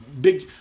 big